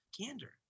candor